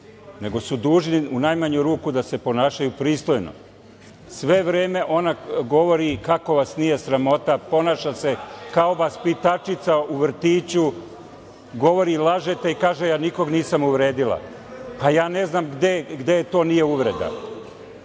nego su dužni u najmanju ruku da se ponašaju pristojno. Sve vreme ona govori kako vas nije sramota. Ponaša se kao vaspitačica u vrtiću. Govori „lažete“ i kaže nikog nisam uvredila. Ne znam gde to nije uvreda. Druga